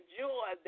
joy